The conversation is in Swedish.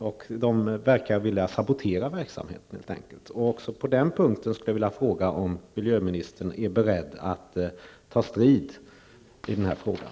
Man verkar vilja sabotera verksamheten. Jag skulle vilja fråga om miljöministern är beredd att ta strid i den här frågan.